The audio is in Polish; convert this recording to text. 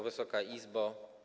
Wysoka Izbo!